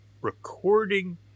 recording